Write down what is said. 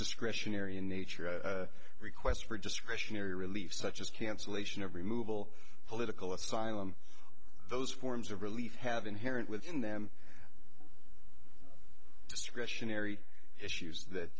discretionary in nature a request for discretionary relief such as cancellation of removal political asylum those forms of relief have inherent within them discretionary issues that